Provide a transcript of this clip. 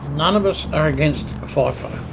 none of us are against fifo.